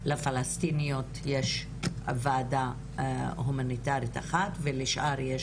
לפלשתינאיות יש ועדה הומניטרית אחת ולשאר יש